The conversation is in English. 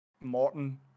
Morton